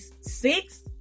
six